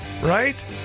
right